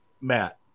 Matt